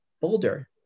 Boulder